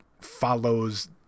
follows